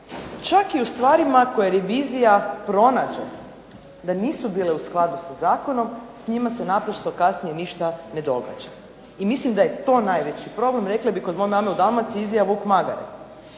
Čak i u stvarima koje revizija pronađe da nisu bile u skladu sa zakonom s njima se naprosto kasnije ništa ne događa i mislim da je to najveći problem. Rekli bi kod moje mame u Dalmaciji izjeo vuk magare.